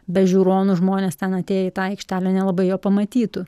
be žiūronų žmonės ten atėję į tą aikštelę nelabai jo pamatytų